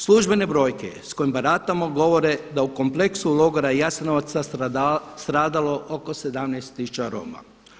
Službene brojke s kojima baratamo govore da u kompleksu logora Jasenovca stradalo oko 17 tisuća Roma.